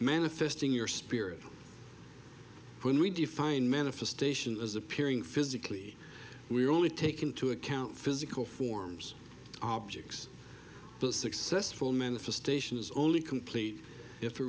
manifesting your spirit when we define manifestation as appearing physically we only take into account physical forms objects but successful manifestation is only complete if